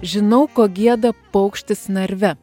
žinau ko gieda paukštis narve